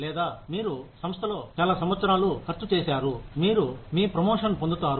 లేదా మీరు సంస్థలో చాలా సంవత్సరాలు ఖర్చు చేశారు మీరు మీ ప్రమోషన్ పొందుతారు